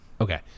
Okay